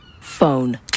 Phone